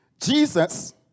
Jesus